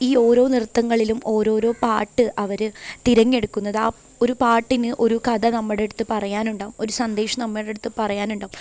ഈ ഓരോ നൃത്തങ്ങളിലും ഒരോരോ പാട്ട് അവര് തിരഞ്ഞെടുക്കുന്നതാ ഒരു പാട്ടിന് ഒരു കഥ നമ്മുടെയടുത്തു പറയാനുണ്ടാവും ഒരു സന്ദേശം നമ്മുടെയടുത്തു പറയാനുണ്ടാവും